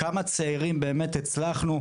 כמה צעירים באמת הצלחנו,